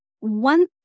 One